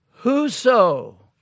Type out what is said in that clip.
Whoso